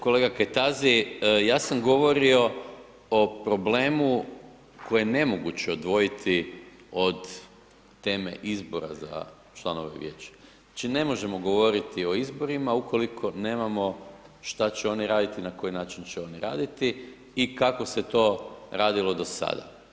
Kolega Kajtazi, ja sam govorio o problemu koji je nemoguće odvojiti od teme izbora za članove vijeća, znači ne možemo govoriti o izborima ukoliko nemamo šta će oni raditi i na koji način će oni raditi i kako se to radilo do sada.